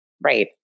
Right